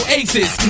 aces